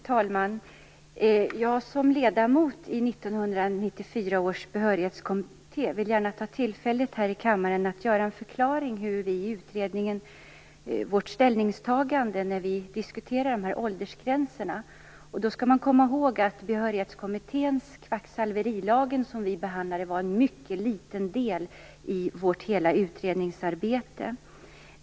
Herr talman! Som ledamot i 1994 års behörighetskommitté vill jag gärna ta tillfället att här i kammaren ge en förklaring på hur vi i utredningen kom fram till vårt ställningstagande vad gäller åldersgränserna. Man skall komma ihåg att behandlingen av kvacksalverilagen var en mycket liten del i kommitténs hela utredningsarbete.